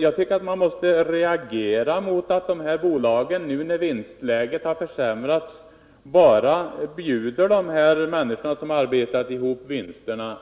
Jag tycker att man måste reagera mot att dessa bolag nu, när vinstläget har försämrats, bara erbjuder arbetslöshet för de människor som arbetat ihop vinsterna.